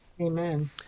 Amen